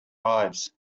ives